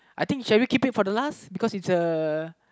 I think shall we keep it for the last because it's a